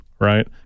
right